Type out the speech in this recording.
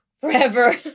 forever